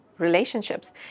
relationships